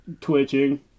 Twitching